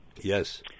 Yes